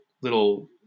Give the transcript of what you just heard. little